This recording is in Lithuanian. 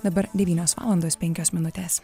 dabar devynios valandos penkios minutes